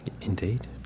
Indeed